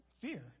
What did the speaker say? fear